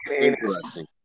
Interesting